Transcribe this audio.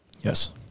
Yes